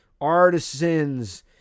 artisans